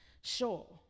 sure